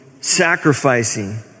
sacrificing